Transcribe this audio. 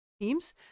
teams